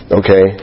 okay